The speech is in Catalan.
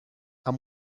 amb